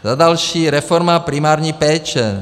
Za další, reforma primární péče.